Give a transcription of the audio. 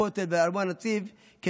לכותל ולארמון הנציב,